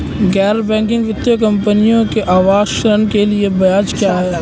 गैर बैंकिंग वित्तीय कंपनियों में आवास ऋण के लिए ब्याज क्या है?